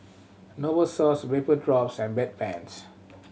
Novosource Vapodrops and Bedpans